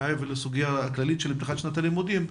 מעבר לסוגיה הכללית של פתיחת שנת הלימודים,